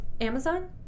Amazon